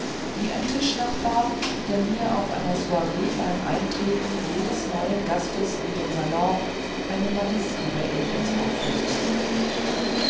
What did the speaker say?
wie ein tischnachbar der mir auf einer soiree beim eintreten jedes neuen gastes in den salon eine malice über ihn ins ohr flüstert